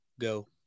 go